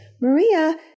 Maria